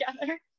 together